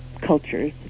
cultures